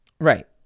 Right